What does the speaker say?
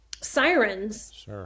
sirens